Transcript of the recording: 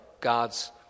God's